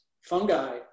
fungi